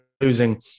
losing